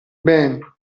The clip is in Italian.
ben